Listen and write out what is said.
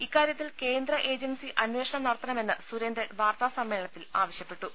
ഇക്കാര്യത്തിൽ കേന്ദ്ര ഏജൻസി അന്വേഷണം നടത്തണമെന്ന് സുരേന്ദ്രൻ വാർത്താസമ്മേളനത്തിൽ ആവശ്യപ്പെട്ടു